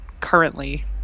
currently